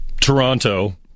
Toronto